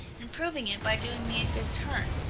and proving it by doing me a good turn,